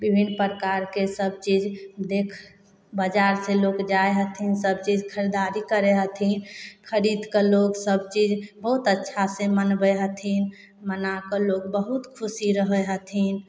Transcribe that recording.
बिभिन्न प्रकारके सब चीज देख बजार से लोक जाइ हथिन सब चीज खरिदारी करए हथिन खरीद कऽ लोक सब चीज बहुत अच्छा से मनबै हथिन मनाकऽ लोक बहुत खुशी रहै हथिन